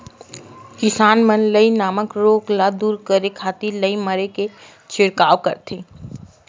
किसान मन लाई नामक रोग ल दूर करे खातिर लाई मारे के छिड़काव करथे